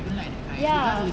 ya